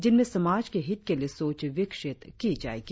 जिनमें समाज के हित के लिए सोच विकसित की जायेगी